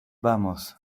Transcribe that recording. vamos